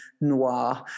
noir